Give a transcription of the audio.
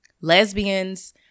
Lesbians